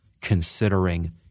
considering